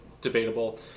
debatable